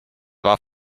war